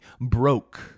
broke